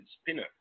spinner